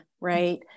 right